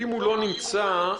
טוב,